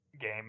game